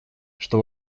что